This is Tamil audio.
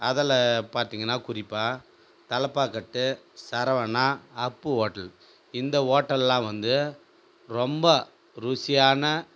அதில் பார்த்தீங்கன்னா குறிப்பாக தலப்பாக்கட்டு சரவணா அப்பு ஹோட்டல் இந்த ஹோட்டல்லாம் வந்து ரொம்ப ருசியான